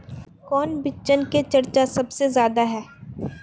कौन बिचन के चर्चा सबसे ज्यादा है?